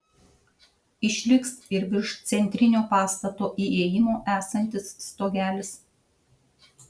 išliks ir virš centrinio pastato įėjimo esantis stogelis